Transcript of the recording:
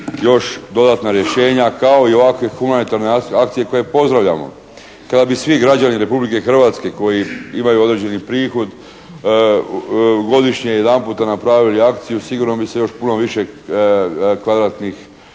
još dodatna rješenja kao i ovakve humanitarne akcije koje pozdravljamo. Kada bi svi građani Republike Hrvatske koji imaju određeni prihod godišnje jedan puta napravili akciju sigurno bi se još puno više kvadratnih